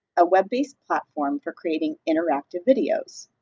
a web-based platform for creating interactive videos.